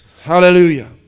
Hallelujah